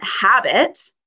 habit